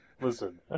Listen